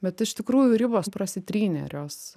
bet iš tikrųjų ribos prasitrynė ir jos